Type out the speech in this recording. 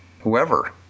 whoever